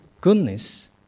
goodness